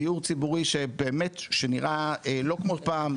דיור ציבורי שבאמת שנראה לא כמו פעם,